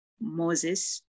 Moses